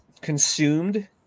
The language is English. consumed